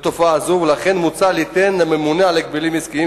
לתופעה זו ולכן מוצע ליתן לממונה על ההגבלים העסקיים,